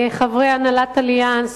חברי הנהלת "אליאנס",